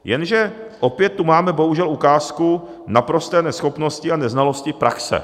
Jenže opět tu máme, bohužel, ukázku naprosté neschopnosti a neznalosti praxe.